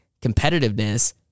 competitiveness